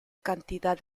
cantidad